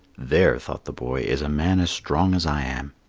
there, thought the boy, is a man as strong as i am.